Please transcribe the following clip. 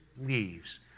leaves